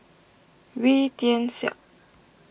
Wee Tian Siak